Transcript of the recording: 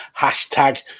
hashtag